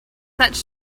such